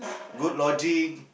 good lodging